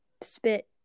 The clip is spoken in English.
spit